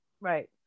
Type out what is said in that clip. right